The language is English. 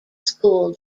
school